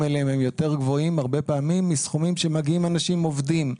אליהם הם יותר גבוהים הרבה פעמים מסכומים שמגיעים אנשים עובדים.